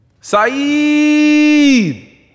Saeed